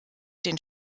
den